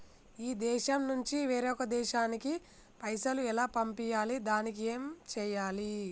ఈ దేశం నుంచి వేరొక దేశానికి పైసలు ఎలా పంపియ్యాలి? దానికి ఏం చేయాలి?